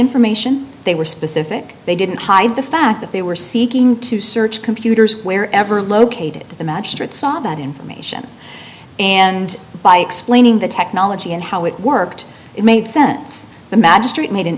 information they were specific they didn't hide the fact that they were seeking to search computers where ever located the magistrate saw that information and by explaining the technology and how it worked it made sense the magistrate made an